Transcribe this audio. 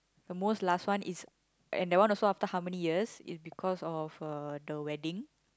the most last one is and that one also how many years is because of uh the wedding